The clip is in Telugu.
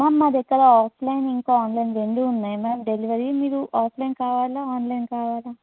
మ్యామ్ మా దగ్గర ఆఫ్లైన్ ఇంకా ఆన్లైన్ రెండూ ఉన్నాయి మ్యామ్ డెలివరీ మీరు ఆఫ్లైన్ కావాలా ఆన్లైన్ కావాలా